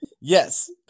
Yes